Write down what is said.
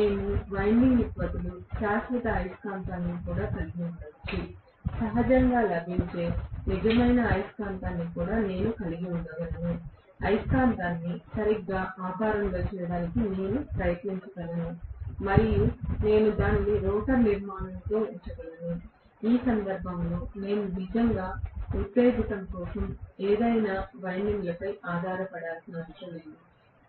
మేము వైండింగ్లకు బదులు శాశ్వత అయస్కాంతాలను కూడా కలిగి ఉండవచ్చు సహజంగా లభించే నిజమైన అయస్కాంతాన్ని కూడా నేను కలిగి ఉండగలను అయస్కాంతాన్ని సరిగ్గా ఆకారంలో చేయడానికి నేను ప్రయత్నించగలను మరియు నేను దానిని రోటర్ నిర్మాణంలో ఉంచగలను ఈ సందర్భంలో నేను నిజంగా ఉత్తేజితం కోసం ఏదైనా వైండింగ్లపై ఆధారపడవలసిన అవసరం లేదు